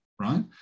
right